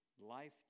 life